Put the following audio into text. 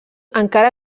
encara